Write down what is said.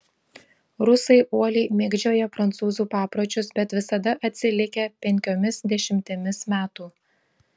rusai uoliai mėgdžioja prancūzų papročius bet visada atsilikę penkiomis dešimtimis metų